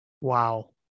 Wow